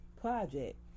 project